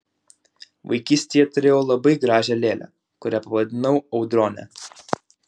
vaikystėje turėjau labai gražią lėlę kurią pavadinau audrone